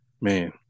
man